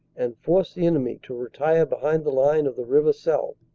and forced the enemy to retire behind the line of the river selle.